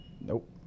Nope